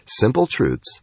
simpletruths